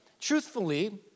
truthfully